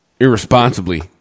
irresponsibly